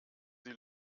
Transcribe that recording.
sie